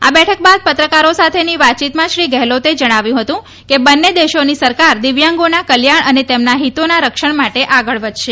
આ બેઠક બાદ પત્રકારો સાથેની વાતચીતમાં શ્રી ગહેલોતે જણાવ્યું હતું કે બંને દેશોની સરકાર દિવ્યાંગોના કલ્યાણ અને તેમના હિતોના રક્ષણ માટે આગળ વધશે